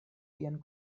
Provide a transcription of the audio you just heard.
vian